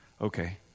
Okay